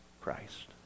Christ